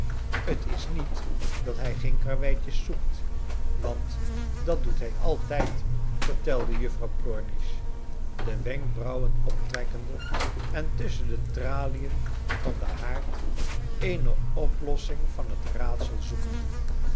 t is niet dat hij geen karweitjes zoekt want dat doet hij altijd vertelde juf frouw plornish de wenkbrauwen qptrekkende en tusschen de tralien van den haard eene oplossing van het raadsel zoekende